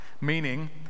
Meaning